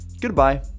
goodbye